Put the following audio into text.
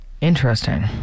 Interesting